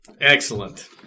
Excellent